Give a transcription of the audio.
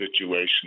situation